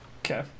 Okay